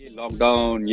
lockdown